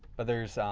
but there's